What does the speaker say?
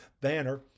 banner